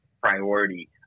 priority